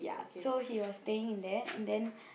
so he was staying in there and then